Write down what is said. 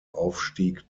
aufstieg